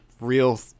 real